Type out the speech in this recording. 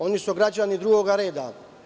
Oni su građani drugog reda.